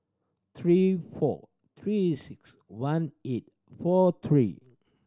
three four Three Six One eight four three